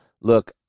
Look